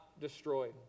destroyed